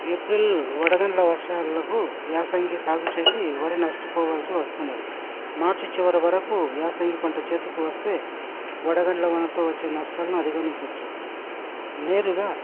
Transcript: April వడగండ్ల వర్షాలకు యాసంగి సాగు చేసి వారు నష్టపోవాల్సి వస్తున్నది మార్చి చివరి వరకు యాసంగి పంట చేతికి వస్తే వడగండ్ల వానతో వచ్చే నష్టాలను అధిగమించవచ్చు నేరుగా